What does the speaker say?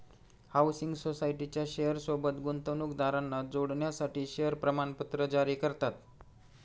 housing सोसायटीच्या share सोबत गुंतवणूकदारांना जोडण्यासाठी शेअर प्रमाणपत्र जारी करतात